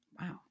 Wow